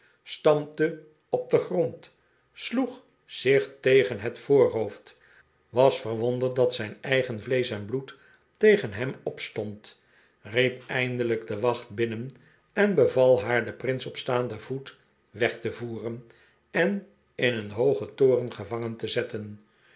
te op den grond sloeg zich tegen het voorhoofd was verwonderd dat zijn eigen vleesch en bloed tegen hem opstond riep eindelijk de wacht binnen en beval haar den prins op staanden voet weg te voeren en in een hoogen toren gevangen te zetten